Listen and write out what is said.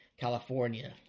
California